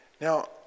Now